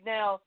Now